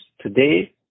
today